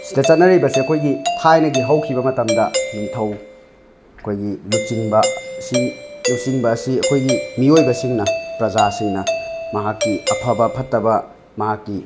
ꯁꯤꯗ ꯆꯠꯅꯔꯤꯕꯁꯦ ꯑꯩꯈꯣꯏꯒꯤ ꯊꯥꯏꯅꯒꯤ ꯍꯧꯈꯤꯕ ꯃꯇꯝꯗ ꯅꯤꯡꯊꯧ ꯑꯩꯈꯣꯏꯒꯤ ꯂꯨꯆꯤꯡꯕ ꯁꯤꯡ ꯂꯨꯆꯤꯡꯕ ꯑꯁꯤ ꯑꯩꯈꯣꯏꯒꯤ ꯃꯤꯑꯣꯏꯕꯁꯤꯡꯅ ꯄ꯭ꯔꯖꯥꯁꯤꯡꯅ ꯃꯍꯥꯛꯀꯤ ꯑꯐꯕ ꯐꯠꯇꯕ ꯃꯍꯥꯛꯀꯤ